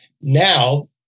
Now